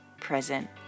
present